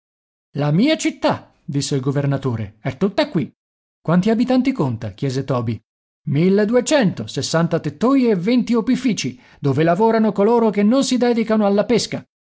la mia città disse il governatore è tutta qui quanti abitanti conta chiese toby milleduecento sessanta tettoie e venti opifici dove lavorano coloro che non si dedicano alla pesca